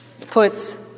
puts